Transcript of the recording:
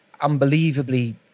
unbelievably